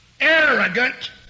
arrogant